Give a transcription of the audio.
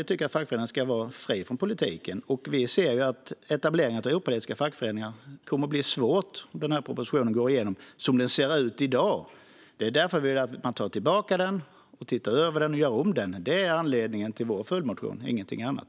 Vi tycker att fackföreningarna ska vara fria från politiken, och vi ser att etablerandet av opolitiska fackföreningar kommer att bli svårt om propositionen går igenom som den ser ut i dag. Det är därför vi vill att man tar tillbaka den, tittar över den och gör om den. Det är anledningen till vår följdmotion, och ingenting annat.